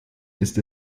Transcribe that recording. ist